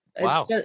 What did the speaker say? Wow